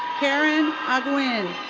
karen arreguin.